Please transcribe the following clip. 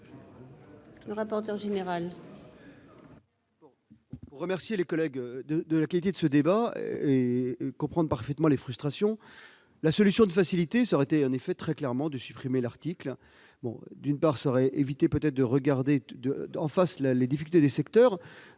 le rapporteur général.